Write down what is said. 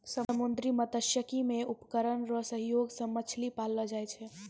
समुन्द्री मत्स्यिकी मे उपकरण रो सहयोग से मछली पाललो जाय छै